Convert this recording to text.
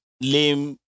lame